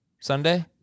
Sunday